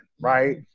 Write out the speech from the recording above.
right